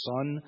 Son